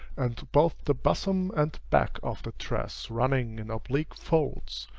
and both the bosom and back of the dress running in oblique folds,